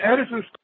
Edison's